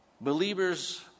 Believers